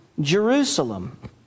Jerusalem